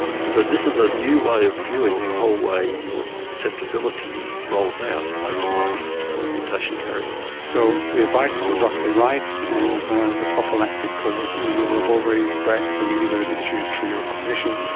so this is a new way of viewing the whole way your susceptibility rolls out over life for mutation carriers. so the advice is roughly right and the prophylactic removal of ovaries, breast, i mean, these are issues for your clinician,